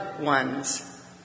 ones